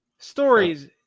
stories